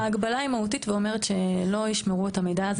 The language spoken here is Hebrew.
ההגבלה היא מהותית ואומרת שלא ישמרו את המידע הזה